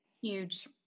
Huge